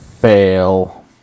Fail